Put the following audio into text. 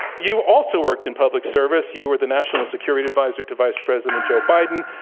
you also worked in public service. you were the national security adviser to vice president joe biden,